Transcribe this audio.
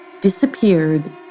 disappeared